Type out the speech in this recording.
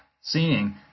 seeing